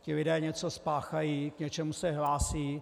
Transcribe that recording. Ti lidé něco spáchají, k něčemu se hlásí.